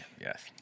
yes